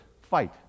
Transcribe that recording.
fight